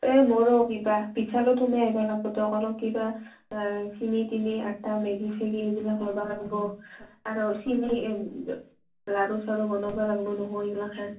এই মোৰো কিবা বিশালত সোমাই আহবা লাগব বিশালত অলপ কিবা চিনি তিনি আটা মেগি চেগি এইবিলাক ল'বা লাগব আৰু চিনি লাৰু চাৰু বনাবা লাগবো নহয় এইগিলাখান